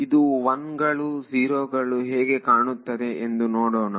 ಇದು 1 ಗಳು 0 ಗಳು ಹೇಗೆ ಕಾಣುತ್ತದೆ ಎಂದು ನೋಡೋಣ